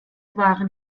waren